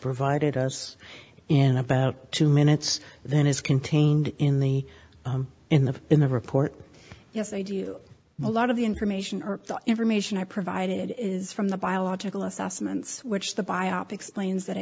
provided us in about two minutes then is contained in the in the in the report yes i do you a lot of the information or the information i provided is from the biological assessments which the biopics plains that i